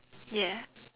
ya